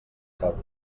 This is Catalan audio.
causes